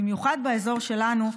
במיוחד באזור שלנו,